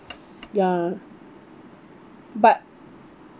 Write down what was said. ya but